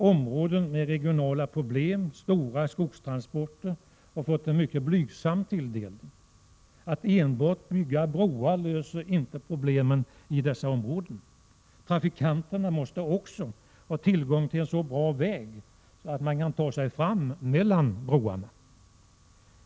Områden med regionala problem och stora skogstransporter har fått en mycket blygsam tilldelning. Att enbart bygga broar löser inte problemen i dessa områden. Trafikanterna måste också ha tillgång till en så bra väg att de kan ta sig fram mellan broarna.